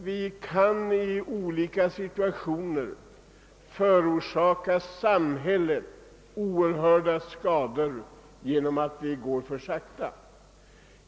Vi kan nämligen förorsaka samhället oerhörda skador genom att vi går fram för sakta.